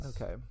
Okay